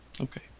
Okay